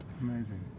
Amazing